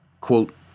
Quote